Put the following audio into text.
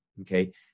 Okay